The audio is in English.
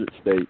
state